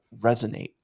resonate